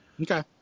Okay